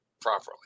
properly